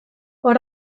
hor